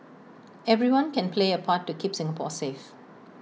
everyone can play A part to keep Singapore safe